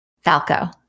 Falco